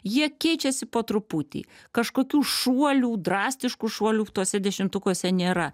jie keičiasi po truputį kažkokių šuolių drastiškų šuolių tuose dešimtukuose nėra